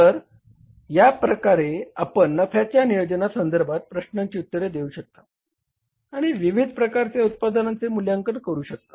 तर या प्रकारे आपण नफ्याच्या नियोजनासंदर्भात प्रश्नांची उत्तरे देऊ शकता आणि विविध प्रकारच्या उत्पादनांचे मूल्यांकन करू शकता